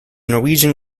norwegian